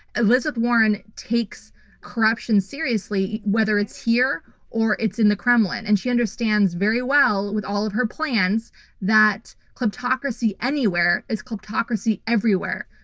elizabeth warren takes corruption seriously, whether it's here or it's in the kremlin and she understands very well with all of her plans that kleptocracy anywhere is kleptocracy everywhere.